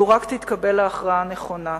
לו רק תתקבל ההכרעה הנכונה.